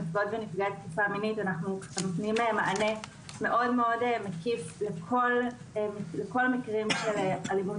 אנחנו נותנים מענה מאוד מקיף לכל המקרים של אלימות